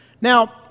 Now